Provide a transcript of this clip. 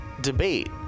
debate